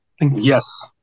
Yes